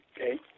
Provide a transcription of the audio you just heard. Okay